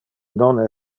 non